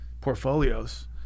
portfolios